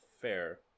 fair